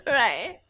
right